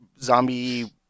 zombie